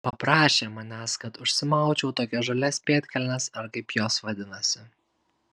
paprašė manęs kad užsimaučiau tokias žalias pėdkelnes ar kaip jos vadinasi